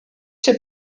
się